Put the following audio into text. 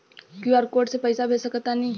QR code से पईसा भेज सक तानी का?